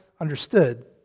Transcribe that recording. understood